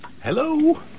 hello